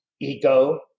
ego